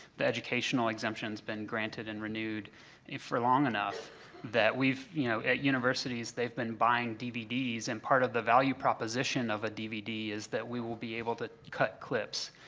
the educational exemption has been granted and renewed for long enough that we've you know, at universities, they've been buying dvds and part of the value proposition of a dvd is that we will be able to cut clips.